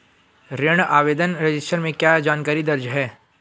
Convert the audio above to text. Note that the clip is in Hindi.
ऋण आवेदन रजिस्टर में क्या जानकारी दर्ज है?